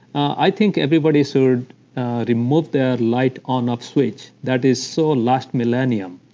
i think everybody should remove their light on off switch, that is so last millennium,